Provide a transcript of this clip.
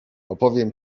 opowiem